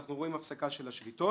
ואנחנו רואים הפסקה של השביתות.